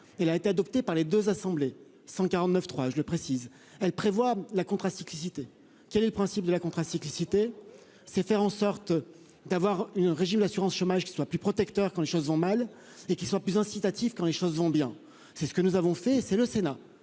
elle a été adoptée par les 2 assemblées 149 3 je le précise, elle prévoit la contracyclicité. Quel est le principe de la contracyclicité, c'est faire en sorte d'avoir une régime d'assurance chômage qui soit plus protecteur. Quand les choses vont mal et qui soit plus incitatif quand les choses vont bien, c'est ce que nous avons fait, c'est le Sénat